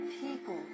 people